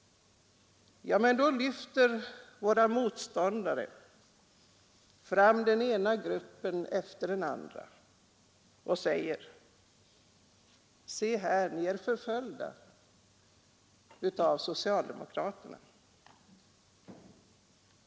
Men då lyfter våra motståndare fram den ena gruppen efter den andra och säger: Se här, ni är förföljda av socialdemokraterna!